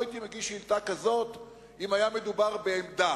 לא הייתי מגיש שאילתא כזאת אם היה מדובר בעמדה.